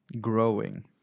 growing